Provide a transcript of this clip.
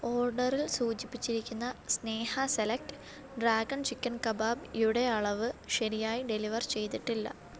ഓഡറിൽ സൂചിപ്പിച്ചിരിക്കുന്ന Sneha select dragon chicken kebab യുടെ അളവ് ശരിയായി ഡെലിവർ ചെയ്തിട്ടില്ല